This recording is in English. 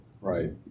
Right